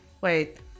Wait